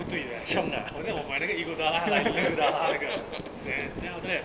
不对 leh 好像我买那个 iguodala 还来 igudala 那个 sad then after that